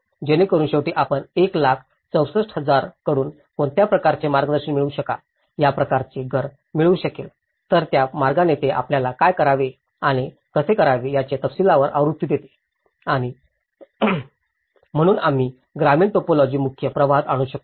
जेणेकरून शेवटी आपण 1 लाख 64000 कडून कोणत्या प्रकारचे मार्गदर्शन मिळवू शकाल या प्रकारचे घर मिळू शकेल तर त्या मार्गाने हे आपल्याला काय करावे आणि कसे करावे याची तपशीलवार आवृत्ती देत आहे आम्ही ही ग्रामीण टिपोलॉजी मुख्य प्रवाहात आणू शकतो